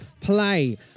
play